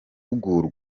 bakunze